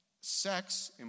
Sex